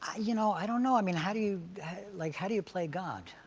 you know, i don't know. i mean how do you like how do you play god?